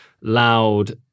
loud